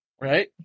Right